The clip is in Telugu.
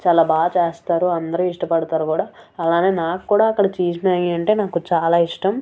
చాలా బాగా చేస్తారు అందరూ ఇష్టపడతారు కూడా అలానే నాకు కూడా అక్కడ చీజ్ మ్యాగీ అంటే నాకు చాలా ఇష్టం